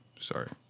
Sorry